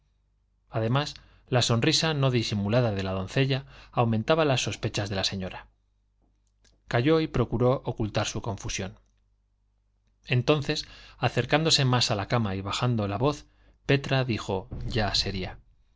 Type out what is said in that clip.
además la sonrisa no disimulada de la doncella aumentaba las sospechas de la señora calló y procuró ocultar su confusión entonces acercándose más a la cama y bajando la voz petra dijo ya seria